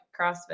crossfit